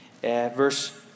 Verse